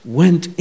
went